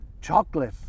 chocolate